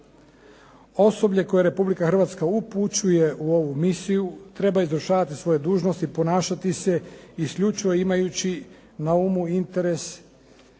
Osoblje koje Republika Hrvatska upućuje u ovu misiju treba izvršavati svoje dužnosti, ponašati se isključivo imajući na umu interes